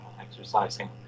exercising